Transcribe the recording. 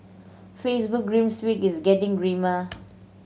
Facebook grim week is getting grimmer